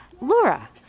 Laura